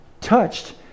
touched